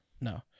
No